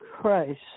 Christ